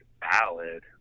ballad